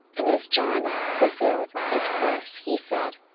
and as john fulfilled his course, he said,